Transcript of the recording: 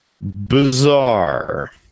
bizarre